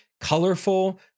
colorful